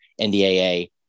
NDAA